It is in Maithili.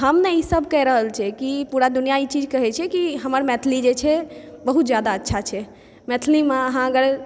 हम नहि ई सब कहि रहल छियै कि पूरा दुनिआ ई चीज कहै छै कि हमर मैथिली जे छै बहुत जादा अच्छा छै मैथिलीमे अहाँ अगर